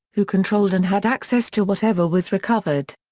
who controlled and had access to whatever was recovered.